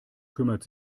kümmert